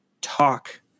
talk